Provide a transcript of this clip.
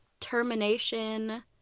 termination